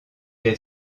est